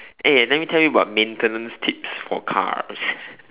eh let me tell you about maintenance tips for cars